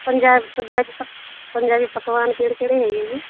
ਪੰਜਾ ਪੰਜਾ ਪੰਜਾਬੀ ਪਕਵਾਨ ਕਿਹੜੇ ਕਿਹੜੇ ਹੈਗੇ ਜੀ